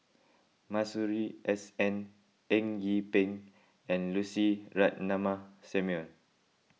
Masuri S N Eng Yee Peng and Lucy Ratnammah Samuel